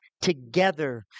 together